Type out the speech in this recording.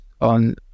on